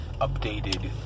updated